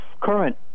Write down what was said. current